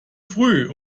früh